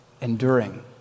enduring